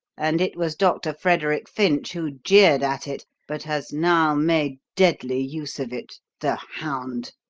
and it was dr. frederick finch who jeered at it, but has now made deadly use of it, the hound.